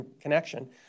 connection